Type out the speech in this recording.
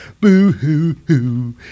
Boo-hoo-hoo